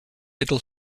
it’ll